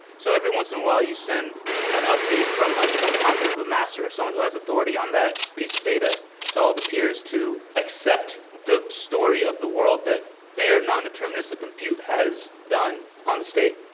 so every once in a while you send an update from like some concept of a mass or someone who has authority on that piece of data to all the peers to accept the story of the world that their nondeterministic compute has done on the state.